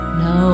no